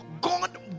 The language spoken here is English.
God